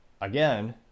again